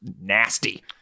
nasty